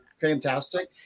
Fantastic